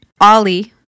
Ollie